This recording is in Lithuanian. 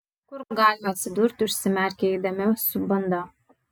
kur galime atsidurti užsimerkę eidami su banda